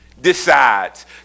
decides